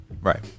right